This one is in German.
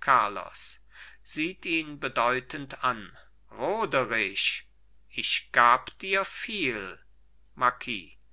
carlos sieht ihn bedeutend an roderich ich gab dir viel